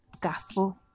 gospel